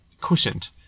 cushioned